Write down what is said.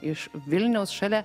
iš vilniaus šalia